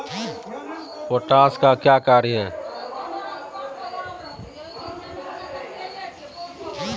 Potash का क्या कार्य हैं?